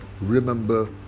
remember